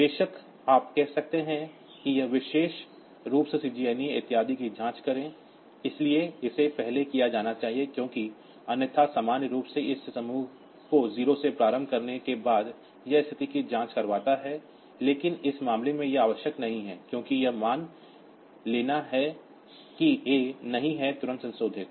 बेशक आप कह सकते हैं कि यह विशेष रूप से CJNE इत्यादि की जाँच करें इसलिए इसे पहले किया जाना चाहिए क्योंकि अन्यथा सामान्य रूप से इस समूह को 0 से प्रारंभ करने के बाद यह स्थिति की जाँच करवाता है लेकिन इस मामले में यह आवश्यक नहीं है क्योंकि यह मान लेना कि A नहीं है तुरंत संशोधित